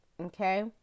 Okay